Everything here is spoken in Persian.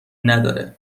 نداره